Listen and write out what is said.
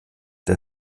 der